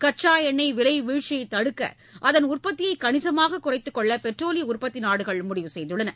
கச்சா எண்ணெய் விலை வீழ்ச்சியைத் தடுக்க அதன் உற்பத்தியை கணிசமாக குறைத்துக் கொள்ள பெட்ரோலிய உற்பத்தி நாடுகள் முடிவு செய்துள்ளன